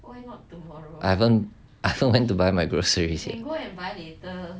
I haven't I haven't buy my groceries